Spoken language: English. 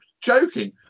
joking